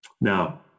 Now